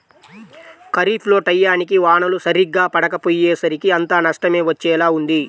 ఖరీఫ్ లో టైయ్యానికి వానలు సరిగ్గా పడకపొయ్యేసరికి అంతా నష్టమే వచ్చేలా ఉంది